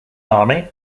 army